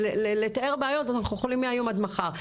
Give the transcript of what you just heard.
לתאר בעיות אנחנו יכולים מהיום עד מחר.